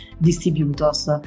distributors